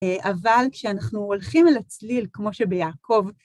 אבל כשאנחנו הולכים אל הצליל, כמו שביעקב,